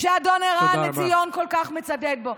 שאדון ערן עציון כל כך מצדד בו?